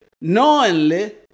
knowingly